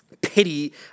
pity